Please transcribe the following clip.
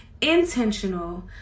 intentional